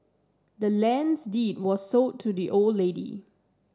the land's deed was sold to the old lady